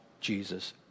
Jesus